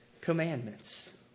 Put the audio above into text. commandments